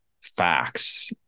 facts